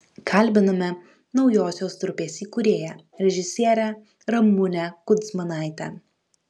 kalbiname naujosios trupės įkūrėją režisierę ramunę kudzmanaitę